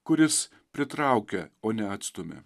kuris pritraukia o neatstumia